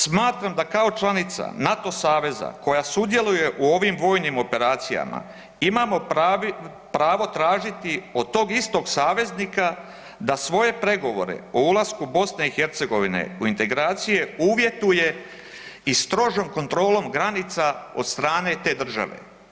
Smatram da kao članica NATO saveza koja sudjeluje u ovim vojnim operacijama, imamo pravo tražiti od tog istog saveznika da svoje pregovore o ulasku BiH u integracije uvjetuje i strožom kontrolom granica od strane te države.